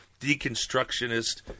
deconstructionist